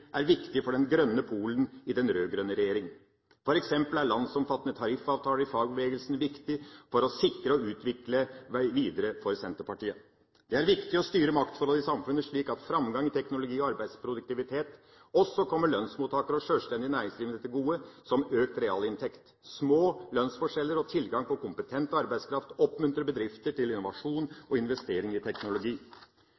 er viktig for den grønne pol i den rød-grønne regjeringa. For Senterpartiet er det f.eks. viktig å sikre og videreutvikle landsomfattende tariffavtaler i fagbevegelsen. Det er viktig å styre maktforholdene i samfunnet slik at framgang i teknologi og arbeidsproduktivitet også kommer lønnsmottakere og sjølstendig næringsdrivende til gode som økt realinntekt. Små lønnsforskjeller og tilgang til kompetent arbeidskraft oppmuntrer bedrifter til innovasjon